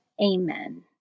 Amen